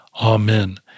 Amen